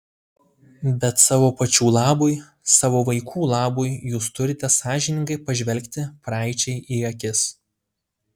bet savo pačių labui savo vaikų labui jūs turite sąžiningai pažvelgti praeičiai į akis